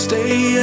Stay